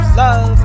love